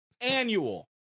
annual